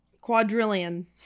Quadrillion